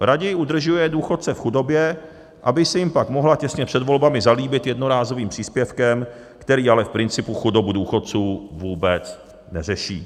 Raději udržuje důchodce v chudobě, aby se jim pak mohla těsně před volbami zalíbit jednorázovým příspěvkem, který ale v principu chudobu důchodců vůbec neřeší.